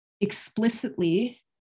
explicitly